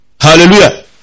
Hallelujah